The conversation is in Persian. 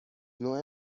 نوع